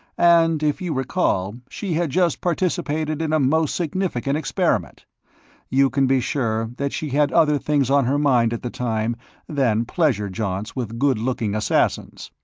and, if you recall, she had just participated in a most significant experiment you can be sure that she had other things on her mind at the time than pleasure jaunts with good-looking assassins.